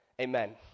Amen